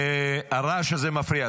הרעש הזה מפריע.